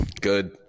good